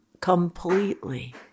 completely